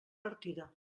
partida